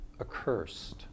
accursed